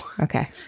Okay